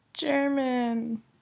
German